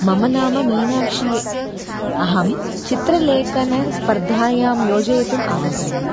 मम नाम मीनाक्षी अहं चित्रलेखनस्पर्धायां योजयितुम् आगतवती